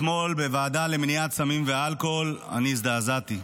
אתמול בוועדה למניעת סמים ואלכוהול אני הזדעזעתי.